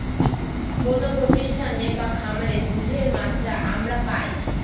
কোনো প্রতিষ্ঠানে বা খামারে দুধের মাত্রা আমরা পাই